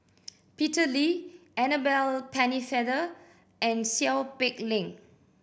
Peter Lee Annabel Pennefather and Seow Peck Leng